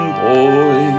boy